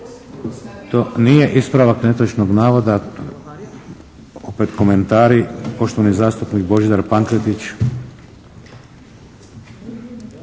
To nije ispravak netočnog navoda. Opet komentari. Poštovani zastupnik Božidar Pankretić.